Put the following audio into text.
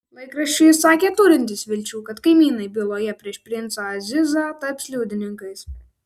laikraščiui jis sakė turintis vilčių kad kaimynai byloje prieš princą azizą taps liudininkais